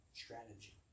strategy